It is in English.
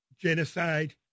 genocide